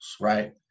right